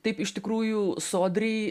taip iš tikrųjų sodriai